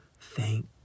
Thank